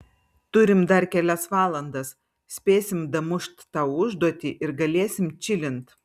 turim dar kelias valandas spėsim damušt tą užduotį ir galėsim čilint